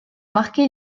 marqué